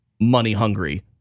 money-hungry